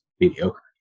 mediocre